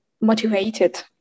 motivated